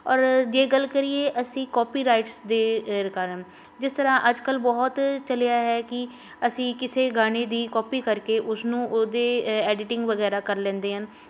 ਔਰ ਜੇ ਗੱਲ ਕਰੀਏ ਅਸੀਂ ਕੋਪੀਰਾਈਟਸ ਦੇ ਕਾਰਨ ਜਿਸ ਤਰ੍ਹਾਂ ਅੱਜ ਕੱਲ੍ਹ ਬਹੁਤ ਚਲਿਆ ਹੈ ਕਿ ਅਸੀਂ ਕਿਸੇ ਗਾਣੇ ਦੀ ਕੋਪੀ ਕਰਕੇ ਉਸਨੂੰ ਉਹਦੇ ਐਡਟਿੰਗ ਵਗੈਰਾ ਕਰ ਲੈਂਦੇ ਹਨ